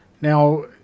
now